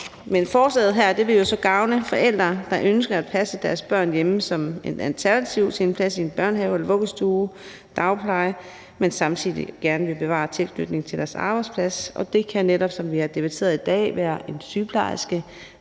Men forslaget her vil jo så gavne forældre, der ønsker at passe deres børn hjemme som et alternativ til en plads i en børnehave eller vuggestue eller dagpleje, men som samtidig gerne vil bevare tilknytningen til deres arbejdsplads, og det kan netop, som vi har debatteret i dag, være en sygeplejerske,